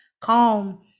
calm